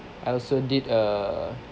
I also did err